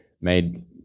made